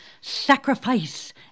sacrifice